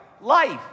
life